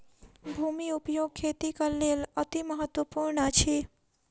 भूमि उपयोग खेतीक लेल अतिमहत्त्वपूर्ण अछि